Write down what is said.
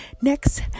next